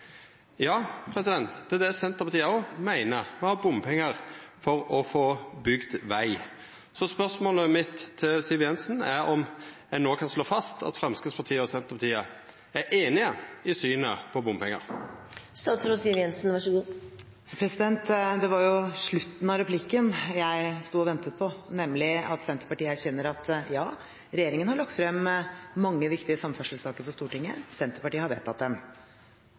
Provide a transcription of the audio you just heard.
Ja, det er det Senterpartiet òg meiner. Me har bompengar for å få bygd veg. Spørsmålet mitt til Siv Jensen er om ein no kan slå fast at Framstegspartiet og Senterpartiet er einige i synet på bompengar. Det var slutten av replikken jeg sto og ventet på, nemlig at Senterpartiet erkjenner at ja, regjeringen har lagt frem mange viktige samferdselssaker for Stortinget. Senterpartiet har vedtatt